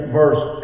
verse